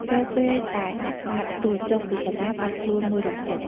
រាល់ពេល តែដាក់បាត្ររួចចុះពីសាលា បាត់ខ្លួនមួយរំពេច ។